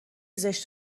زشت